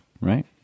right